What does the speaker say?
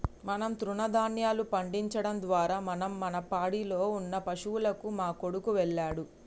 మనం తృణదాన్యాలు పండించడం ద్వారా మనం మన పాడిలో ఉన్న పశువులకు మా కొడుకు వెళ్ళాడు